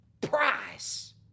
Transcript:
price